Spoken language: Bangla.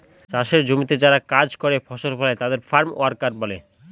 চাষের জমিতে যারা কাজ করে ফসল ফলায় তাদের ফার্ম ওয়ার্কার বলে